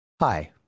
Hi